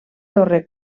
torre